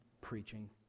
preaching